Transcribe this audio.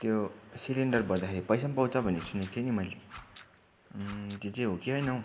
त्यो सिलिन्डर भर्दाखेरि पैसा पनि पाउँछ भनेको सुनेको थिएँ नि मैले त्यो चाहिँ हो कि होइन हौ